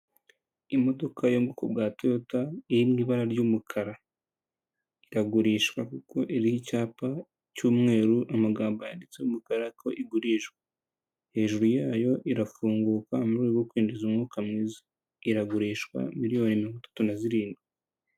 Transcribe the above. Imodoka yo mu bwoko bwa toyota, iri ni ibara ry'umukara. Iragurishwa kuko iriho icyapa cy'umweru, amagambo yanditse umukara ko igurishwa. Hejuru yayo irafunguka mu rwego rwo kwinjiza umwuka mwiza. Iragurishwa miliyoni mirongo itatu na zirindwi.